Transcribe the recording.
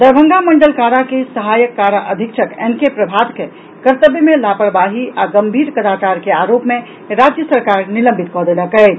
दरभंगा मंडल कारा के सहायक कारा अधीक्षक एन के प्रभात के कर्तव्य में लापरवाही आ गंभीर कदाचार के आरोप मे राज्य सरकार निलंबित कऽ देलक अछि